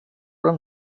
den